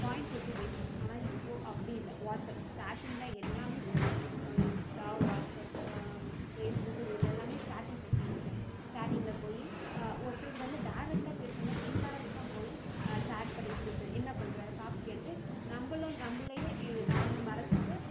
coin போட்டு பேசுவாங்க ஆனால் இப்போது அப்படி இல்லை வாட்ஸாப் சாட்டிங் தான் எல்லாமே chatting Insta WhatsApp Facebook இதில் எல்லாமே சாட்டிங் செக்சன் இருக்குது சேட்டிங்க்கில் போய் ஒருத்தர்கூட வந்து டேரெக்ட்டாக பேசாமல் இண்டேரெக்ட்டாக போய் சேட் பண்ணிகிட்டு இருக்குது என்ன பண்ணுற சாப்பிட்டியாண்ட்டு நம்மள நம்மளயே நாம் மறந்துட்டு